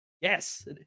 Yes